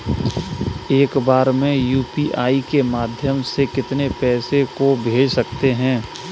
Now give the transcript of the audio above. एक बार में यू.पी.आई के माध्यम से कितने पैसे को भेज सकते हैं?